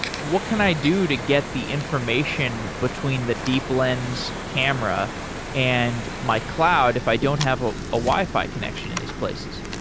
what can i do to get the information between the deep lens camera and my cloud if i don't have a ah wi-fi connection in these places?